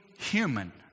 human